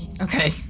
Okay